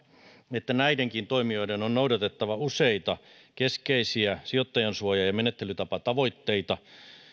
että näidenkin toimijoiden on noudatettava useita keskeisiä sijoittajansuoja ja menettelytapatavoitteita